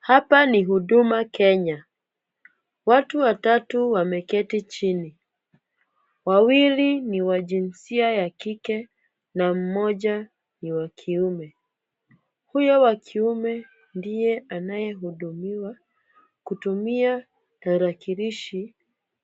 Hapa ni Huduma Kenya. Watu watatu wameketi chini, wawili ni wa jinsia ya kike na mmoja ni wa kiume. Huyo wa kiume ndiye anayehudumiwa kutumia tarakilishi